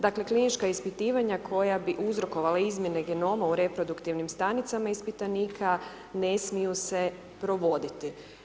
Dakle, klinička ispitivanja koja bi uzrokovala izmjene genoma u reproduktivnim stanicama ispitanika, ne smiju se provoditi.